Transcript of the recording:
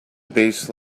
based